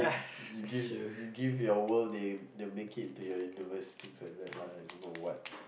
you give you give your world they they will make into your universe things like that lah I don't know what